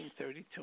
1932